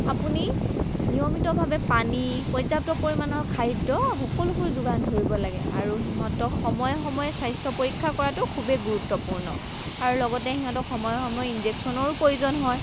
আপুনি নিয়মিত ভাৱে পানী পৰ্যাপ্ত পৰিমাণৰ খাদ্য সকলোবোৰ যোগান ধৰিব লাগে আৰু সিহঁক সময়ে সময়ে স্বাস্থ্য পৰীক্ষা কৰাটো খুবেই গুৰুত্বপূৰ্ণ আৰু লগতে সিহঁতক সময়ে সময়ে ইঞ্জেক্সনৰো প্ৰয়োজন হয়